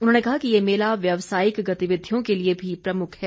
उन्होंने कहा कि ये मेला व्यवसायिक गतिविधियों के लिए भी प्रमुख है